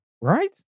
Right